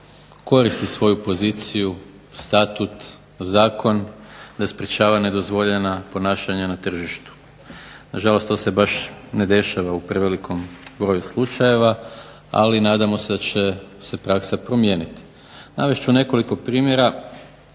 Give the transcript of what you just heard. koristi svoju poziciju, statut, zakon da sprečava nedozvoljena ponašanja na tržištu. Nažalost, to se baš ne dešava u prevelikom broju slučajeva, ali nadamo se da će se praksa promijeniti. Navest ću nekoliko primjera